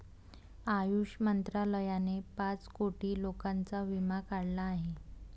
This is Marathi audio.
आयुष मंत्रालयाने पाच कोटी लोकांचा विमा काढला आहे